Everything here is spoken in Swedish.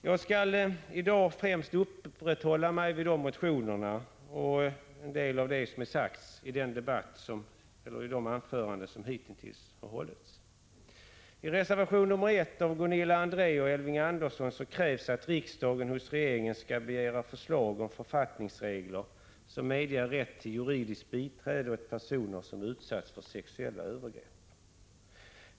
Jag skall i dag främst uppehålla mig vid de motionerna och vid en del av det som har sagts i de anföranden som hittills har hållits. I reservation 1 av Gunilla André och Elving Andersson krävs att riksdagen hos regeringen skall begära förslag om författningsregler som medger rätt till juridiskt biträde åt personer som utsatts för sexuella övergrepp.